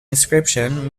inscription